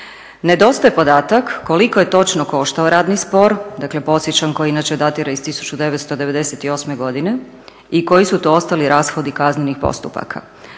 Nedostaje podatak koliko je točno koštao radni spor, dakle podsjećam koji inače datira iz 1998. godine, i koji su to ostali rashodi kaznenih postupaka.